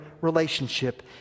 relationship